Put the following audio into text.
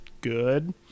good